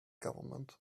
government